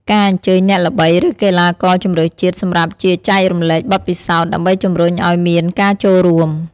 ការអញ្ជើញអ្នកល្បីឬកីឡាករជម្រើសជាតិសម្រាប់ជាចែករំលែកបទពិសោធន៍ ដើម្បីជម្រុញអោយមានការចូលរួម។